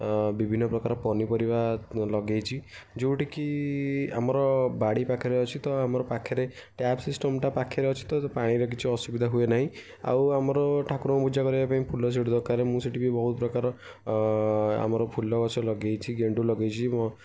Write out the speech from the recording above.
ବିଭିନ୍ନପ୍ରକାର ପନିପରିବା ଲଗାଇଛି ଯେଉଁଠିକି ଆମର ବାଡ଼ି ପାଖରେ ଅଛି ତ ଆମର ପାଖରେ ଟ୍ୟାପ୍ ସିଷ୍ଟମ୍ଟା ପାଖରେ ଅଛି ତ ପାଣିର କିଛି ଅସୁବିଧା ହୁଏ ନାହିଁ ଆଉ ଆମର ଠାକୁରଙ୍କୁ ପୂଜା କରିବା ପାଇଁ ଫୁଲ ସେଠୁ ଦରକାର ମୁଁ ସେଠିବି ବହୁତପ୍ରକାର ଆମର ଫୁଲଗଛ ଲଗାଇଛି ଗେଣ୍ଡୁ ଲଗାଇଛି ମୋ